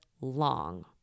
long